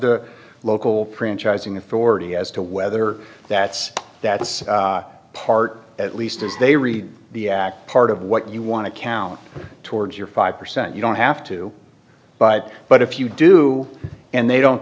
the local print charging authority as to whether that's that part at least as they read the act part of what you want to count towards your five percent you don't have to but but if you do and they don't